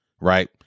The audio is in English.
right